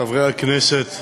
חברי הכנסת,